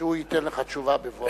שהוא ייתן לך תשובה בבוא העת.